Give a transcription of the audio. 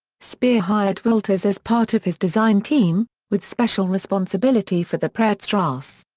speer hired wolters as part of his design team, with special responsibility for the prachtstrasse.